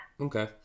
Okay